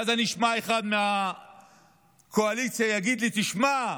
ואז אני אשמע אחד מהקואליציה שיגיד לי: תשמע,